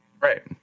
Right